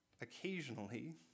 occasionally